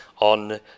on